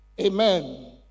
Amen